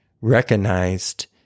recognized